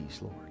Lord